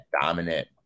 dominant